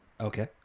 Okay